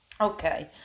Okay